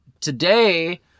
today